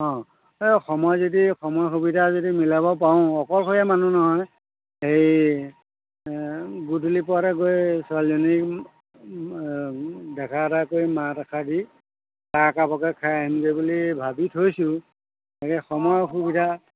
অঁ এই সময় যদি সময় সুবিধা যদি মিলাব পাৰোঁ অকলশৰীয়া মানুহ নহয় হেই গধূলি পৰতে গৈ ছোৱালীজনীক দেখা এটা কৰি মাত এখাৰ দি চাহ একাপে খাই আহিমগে বুলি ভাবি থৈছোঁ বাকি সময় সুবিধা